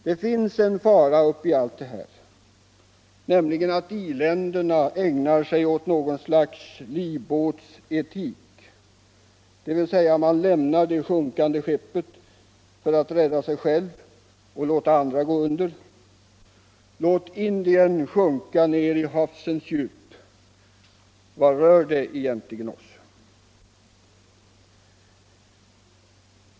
Det finns en fara i allt detta, nämligen att industriländerna ägnar sig åt något slags livbåtsetik, dvs. att man lämnar det sjunkande skeppet för att rädda sig själv och låta andra gå under. Låt Indien sjunka ner i havsens djup! — vad rör det oss?